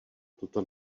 tuto